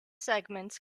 segments